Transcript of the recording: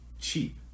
cheap